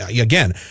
again